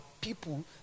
people